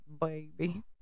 baby